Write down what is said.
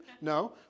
No